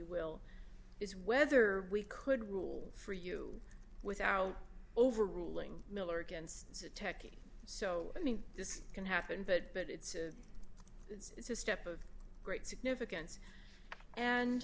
will is whether we could rule for you without overruling miller against a techie so i mean this can happen that but it's a it's a step of great significance and